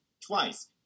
twice